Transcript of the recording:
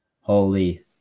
holy